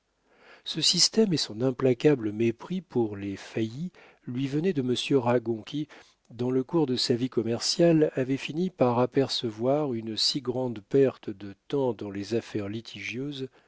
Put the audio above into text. ce système et son implacable mépris pour les faillis lui venaient de monsieur ragon qui dans le cours de sa vie commerciale avait fini par apercevoir une si grande perte de temps dans les affaires